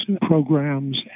programs